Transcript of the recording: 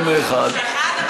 יותר מאחד.